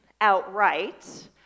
outright